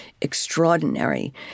extraordinary